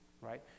right